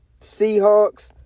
Seahawks